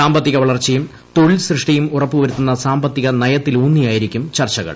സാമ്പത്തിക വളർച്ചുയും തൊഴിൽ സ്കൃഷ്ടിയും ഉറപ്പു വരുത്തുന്ന സാമ്പത്തിക നയത്തിലൂന്നിയായിരിക്കു്ട് ചർച്ചകൾ